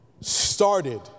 started